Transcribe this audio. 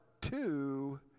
two